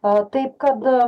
a taip kad